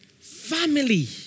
family